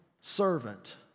servant